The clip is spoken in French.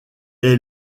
est